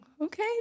okay